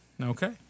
Okay